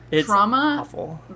Trauma